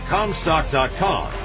Comstock.com